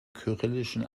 kyrillischen